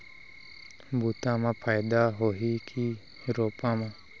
बुता म फायदा होही की रोपा म?